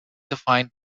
defined